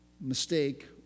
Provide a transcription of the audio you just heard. mistake